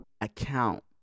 account